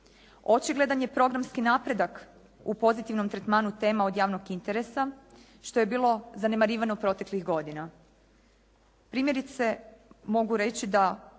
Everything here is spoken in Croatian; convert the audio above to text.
Očigledan je programski napredak u pozitivnom tretmanu tema od javnog interesa što je bilo zanemarivano proteklih godina. Primjerice mogu reći da